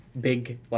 big